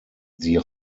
sie